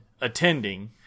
attending